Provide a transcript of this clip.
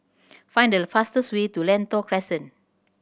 find the fastest way to Lentor Crescent